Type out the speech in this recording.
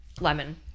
Lemon